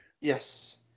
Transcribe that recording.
Yes